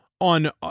on